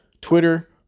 Twitter